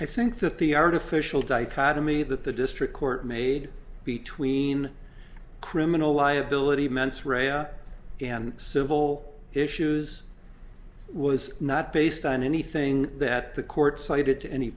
i think that the artificial dichotomy that the district court made between criminal liability ments reya and civil issues was not based on anything that the court cited to any